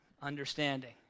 understanding